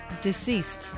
deceased